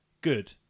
good